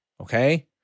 Okay